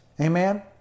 Amen